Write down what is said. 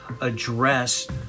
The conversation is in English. address